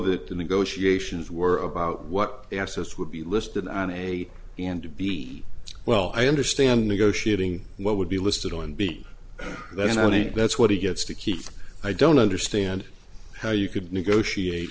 that the negotiations were about what access would be listed on a and b well i understand negotiating what would be listed on b then i mean that's what he gets to keep i don't understand how you could negotiate